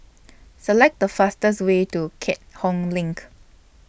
Select The fastest Way to Keat Hong LINK